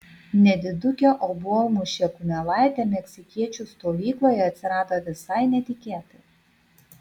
nedidukė obuolmušė kumelaitė meksikiečių stovykloje atsirado visai netikėtai